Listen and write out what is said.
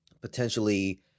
potentially